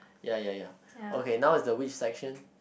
ya ya ya okay now is the which section